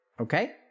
Okay